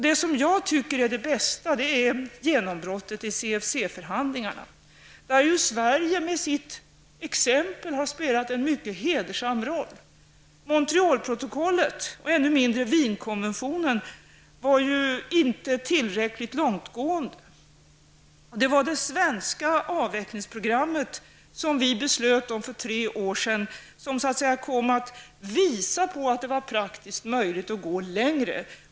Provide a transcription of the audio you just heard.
Det bästa exemplet är, tycker jag, genombrottet i CFC-förhandlingarna. Där har Sverige spelat en mycket hedersam roll med sitt exempel. Montrealprotokollet och ännu mer Wienkonventionen var inte tillräckligt långtgående. Det var det svenska avvecklingsprogrammet -- som vi beslöt om för tre år sen -- som kom att visa att det var praktiskt möjligt att gå längre.